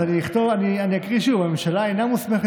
אז אני אקריא שוב: הממשלה אינה מוסמכת